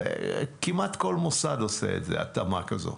כמעט כל מוסד עושה התאמה כזו.